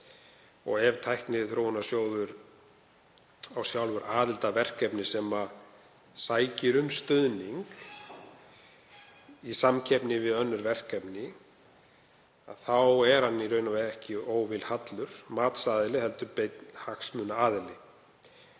Ef Tækniþróunarsjóður á sjálfur aðild að verkefni sem sækir um stuðning í samkeppni við önnur verkefni er hann í raun og veru ekki óvilhallur matsaðili heldur beinn hagsmunaaðili.